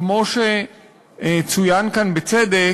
כמו שצוין כאן בצדק,